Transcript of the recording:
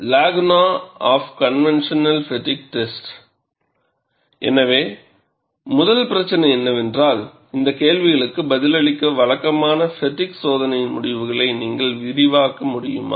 லாகுனா of conventional பெட்டிக் test எனவே முதல் பிரச்சினை என்னவென்றால் இந்த கேள்விகளுக்கு பதிலளிக்க வழக்கமான ஃப்பெட்டிக் சோதனையின் முடிவுகளை நீங்கள் விரிவாக்க முடியுமா